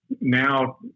now